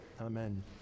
amen